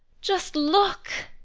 just look!